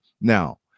Now